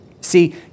See